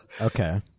Okay